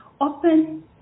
open